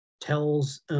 tells